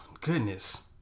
Goodness